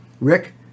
Rick